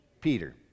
Peter